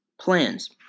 plans